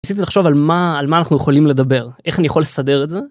ניסתי לחשוב על מה על מה אנחנו יכולים לדבר איך אני יכול לסדר את זה.